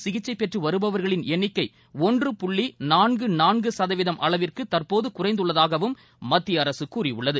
சிகிச்சை பெற்று வருபவர்களின் எண்ணிக்கை ஒன்று புள்ளி நான்கு நான்கு சதவீதம் அளவிற்கு தற்போது குறைந்துள்ளதாகவும் மத்திய அரசு கூறியுள்ளது